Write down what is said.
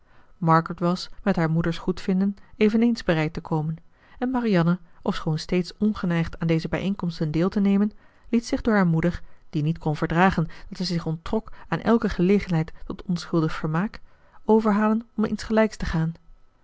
margaret was met haar moeder's goedvinden eveneens bereid te komen en marianne ofschoon steeds ongeneigd aan deze bijeenkomsten deel te nemen liet zich door haar moeder die niet kon verdragen dat zij zich onttrok aan elke gelegenheid tot onschuldig vermaak overhalen om insgelijks te gaan